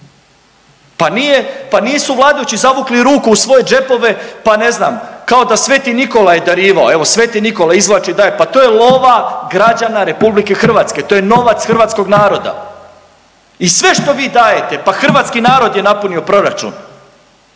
pa nisu vladajući zavukli ruku u svoje džepove, pa ne znam kao da Sv. Nikola je darivao, evo Sv. Nikola izvlači i daje, pa to je lova građana RH, to je novac hrvatskog naroda i sve što vi dajte, pa hrvatski narod je napunio proračun,